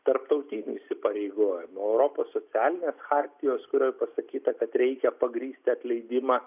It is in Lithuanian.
tarptautinių įsipareigojimų europos socialinės chartijos kurioj pasakyta kad reikia pagrįsti atleidimą